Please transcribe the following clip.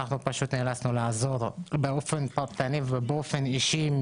נאלצנו לעזור באופן פרטני ואישי,